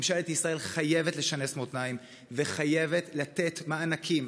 ממשלת ישראל חייבת לשנס מותניים וחייבת לתת מענקים,